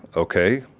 okay,